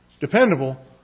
dependable